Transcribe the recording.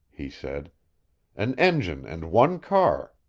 he said an engine and one car.